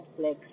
Netflix